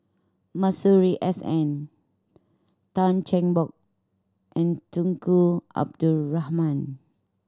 Masuri S N Tan Cheng Bock and Tunku Abdul Rahman